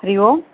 हरिः ओम्